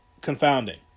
confounding